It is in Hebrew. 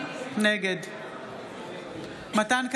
נגד מתן כהנא,